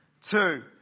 Two